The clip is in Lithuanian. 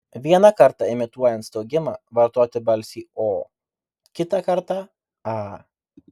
vieną kartą imituojant staugimą vartoti balsį o kitą kartą a